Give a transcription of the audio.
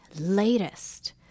latest